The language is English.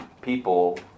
people